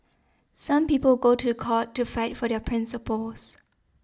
some people go to court to fight for their principles